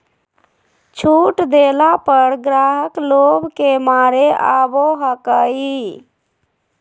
छुट देला पर ग्राहक लोभ के मारे आवो हकाई